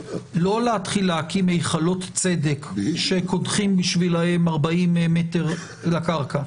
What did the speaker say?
לא להתחיל להקים היכלות צדק שקודחים בשבילם 40 מטר לקרקע.